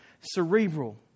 cerebral